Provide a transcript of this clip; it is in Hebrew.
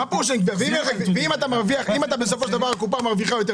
ואם הקופה מרוויחה יותר,